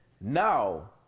Now